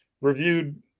reviewed